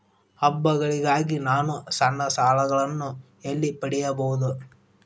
ಹಬ್ಬಗಳಿಗಾಗಿ ನಾನು ಸಣ್ಣ ಸಾಲಗಳನ್ನು ಎಲ್ಲಿ ಪಡೆಯಬಹುದು?